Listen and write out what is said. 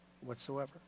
whatsoever